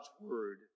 word